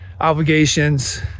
obligations